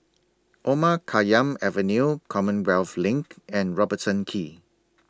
Omar Khayyam Avenue Commonwealth LINK and Robertson Quay